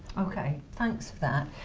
okay thanks that.